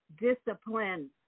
discipline